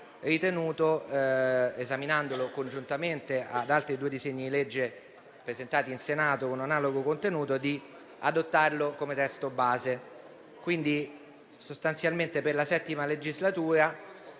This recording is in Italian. ritenuto, esaminandolo congiuntamente ad altri due disegni di legge presentati in Senato con analogo contenuto, di adottarlo come testo base. Sostanzialmente, per la settima legislatura